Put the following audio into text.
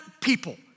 people